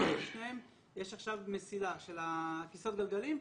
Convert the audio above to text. יש מסילה של כיסאות הגלגלים,